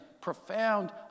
profound